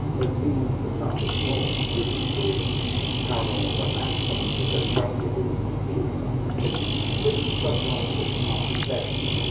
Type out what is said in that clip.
there's been for example, an enormous boom in paranormal romance publishing there's currently a boom in steampunk different different sub-genres, different market segments,